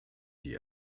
die